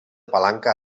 palanca